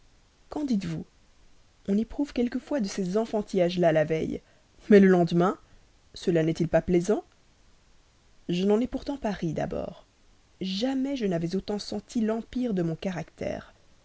qu'en dites-vous on éprouve quelquefois de ces enfantillages là la veille mais le lendemain cela n'est-il pas plaisant je n'en ai pourtant pas ri d'abord jamais je n'avais autant senti l'empire de mon caractère